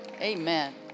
Amen